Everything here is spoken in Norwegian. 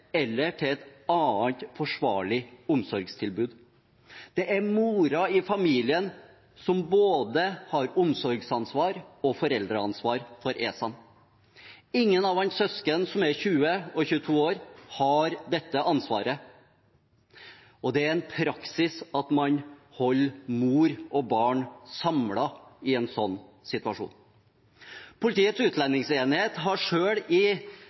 eller til et annet forsvarlig omsorgstilbud.» Det er moren i familien som har både omsorgsansvar og foreldreansvar for Ehsan. Ingen av hans søsken, som er 20 år og 22 år, har dette ansvaret, og det er praksis at man holder mor og barn samlet i en slik situasjon. Politiets utlendingsenhet har i